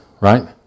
right